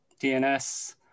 dns